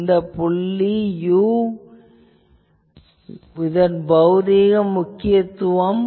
இந்த புள்ளி u இதன் பௌதீக முக்கியத்துவம் என்ன